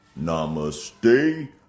namaste